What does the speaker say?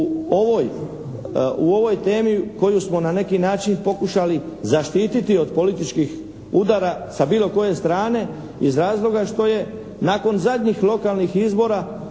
u ovoj temi koju smo na neki način pokušali zaštiti od političkih udara sa bilo koje strane, iz razloga što je nakon zadnjih lokalnih izbora